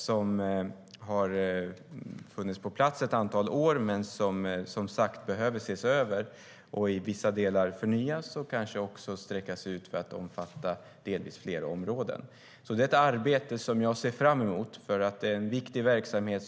Strategin har funnits på plats ett antal år men behöver som sagt ses över och i vissa delar förnyas och kanske också breddas för att omfatta fler områden. Jag ser fram emot detta arbete eftersom det handlar om en viktig verksamhet.